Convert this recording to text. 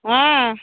ହଁ